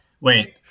Wait